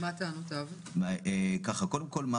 קודם כל,